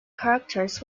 characters